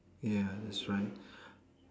ya that's right